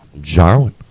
Jarwin